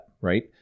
right